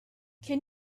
can